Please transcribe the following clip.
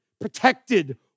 protected